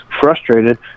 frustrated